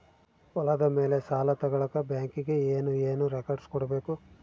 ಹೊಲದ ಮೇಲೆ ಸಾಲ ತಗಳಕ ಬ್ಯಾಂಕಿಗೆ ಏನು ಏನು ರೆಕಾರ್ಡ್ಸ್ ಕೊಡಬೇಕು?